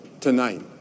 tonight